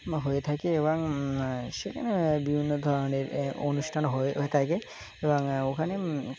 হয়ে থাকে এবং সেখানে বিভিন্ন ধরনের অনুষ্ঠান হয়ে হয়ে থাকে এবং ওখানে